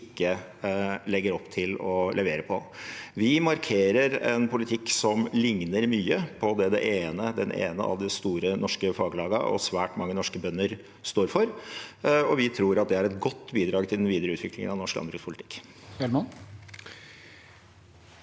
ikke legger opp til å levere på. Vi markerer en politikk som ligner mye på det det ene av de store norske faglagene og svært mange norske bønder står for, og vi tror at det er et godt bidrag til den videre utviklingen av norsk landbrukspolitikk.